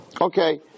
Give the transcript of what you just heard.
Okay